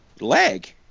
Leg